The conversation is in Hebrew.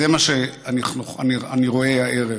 זה מה שאני רואה הערב.